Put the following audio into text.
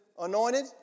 anointed